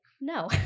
No